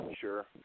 sure